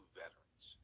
veterans